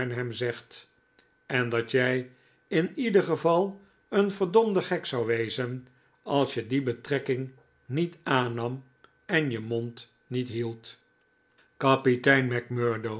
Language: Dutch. zegt en dat jij in ieder geval een verdomde gek zou wezen als je die betrekking niet aannam en je mond niet hield kapitein